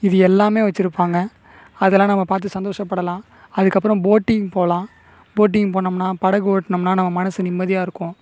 இது எல்லாமே வச்சுருப்பாங்க அதெல்லாம் நம்ம பார்த்து சந்தோஷப்படலாம் அதுக்கப்புறம் போட்டிங் போகலாம் போட்டிங் போனோம்னா படகு ஓட்டுனோம்னா நம்ம மனசு நிம்மதியாக இருக்கும்